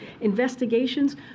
investigations